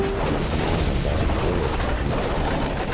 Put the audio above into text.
but he was now in a large village in a beautiful land.